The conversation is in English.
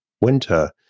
winter